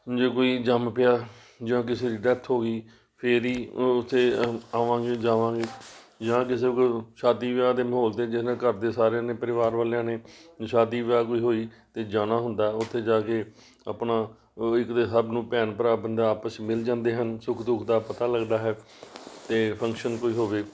ਜੇ ਕੋਈ ਜੰਮ ਪਿਆ ਜਾਂ ਕਿਸੇ ਦੀ ਡੈੱਥ ਹੋ ਗਈ ਫਿਰ ਹੀ ਉੱਥੇ ਆਵਾਂਗੇ ਜਾਵਾਂਗੇ ਜਾਂ ਕਿਸੇ ਕੋਈ ਸ਼ਾਦੀ ਵਿਆਹ ਦੇ ਮਾਹੌਲ 'ਤੇ ਜਿਹਦੇ ਨਾਲ ਘਰ ਦੇ ਸਾਰਿਆਂ ਨੇ ਪਰਿਵਾਰ ਵਾਲਿਆਂ ਨੇ ਸ਼ਾਦੀ ਵਗੈਰਾ ਕੋਈ ਹੋਈ ਤਾਂ ਜਾਣਾ ਹੁੰਦਾ ਉੱਥੇ ਜਾ ਕੇ ਆਪਣਾ ਇੱਕ ਤਾਂ ਸਭ ਨੂੰ ਭੈਣ ਭਰਾ ਬੰਦਾ ਆਪਸ 'ਚ ਮਿਲ ਜਾਂਦੇ ਹਨ ਸੁੱਖ ਦੁੱਖ ਦਾ ਪਤਾ ਲੱਗਦਾ ਹੈ ਅਤੇ ਫੰਕਸ਼ਨ ਕੋਈ ਹੋਵੇ